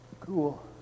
Cool